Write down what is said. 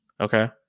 Okay